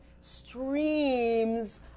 streams